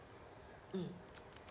mm